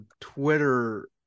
Twitter